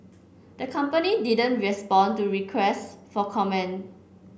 the company didn't respond to requests for comment